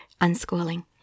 unschooling